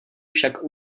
však